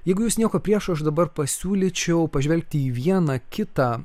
jeigu jūs nieko prieš aš dabar pasiūlyčiau pažvelgti į vieną kitą